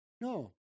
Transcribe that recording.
No